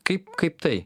kaip kaip tai